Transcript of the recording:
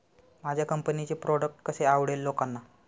माझ्या कंपनीचे प्रॉडक्ट कसे आवडेल लोकांना?